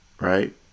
right